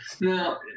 Now